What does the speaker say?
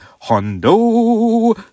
Hondo